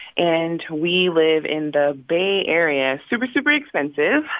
and we live in the bay area super, super expensive